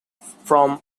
from